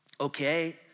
Okay